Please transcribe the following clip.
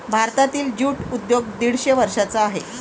भारतातील ज्यूट उद्योग दीडशे वर्षांचा आहे